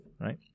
Right